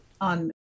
on